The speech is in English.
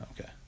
Okay